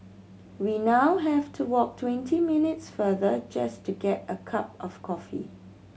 we now have to walk twenty minutes farther just to get a cup of coffee